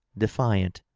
defiant,